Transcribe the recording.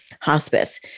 hospice